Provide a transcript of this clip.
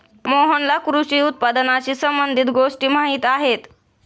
मोहनला कृषी उत्पादनाशी संबंधित गोष्टी माहीत आहेत